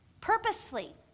purposefully